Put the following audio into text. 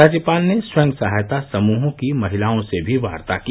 राज्यपाल ने स्वयं सहायता समूहों की महिलाओं से भी वार्ता की